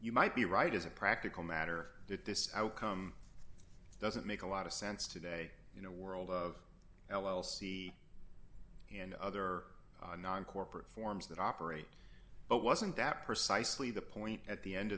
you might be right as a practical matter this outcome doesn't make a lot of sense today you know world of l l c in other non corporate forms that operate but wasn't that precisely the point at the end